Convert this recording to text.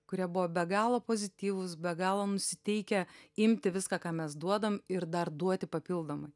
kurie buvo be galo pozityvūs be galo nusiteikę imti viską ką mes duodam ir dar duoti papildomai